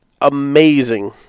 amazing